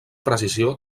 precisió